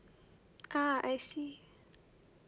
uh I see